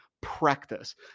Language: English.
practice